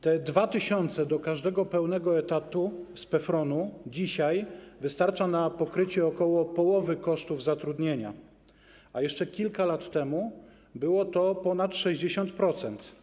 Te 2 tys. do każdego pełnego etatu z PFRON-u dzisiaj wystarczają na pokrycie ok. połowy kosztów zatrudnienia, a jeszcze kilka lat temu było to ponad 60%.